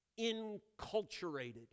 inculturated